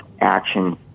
action